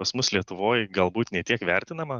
pas mus lietuvoj galbūt ne tiek vertinama